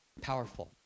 Powerful